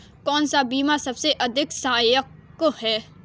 कौन सा बीमा सबसे अधिक सहायक है?